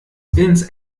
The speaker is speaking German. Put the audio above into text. ins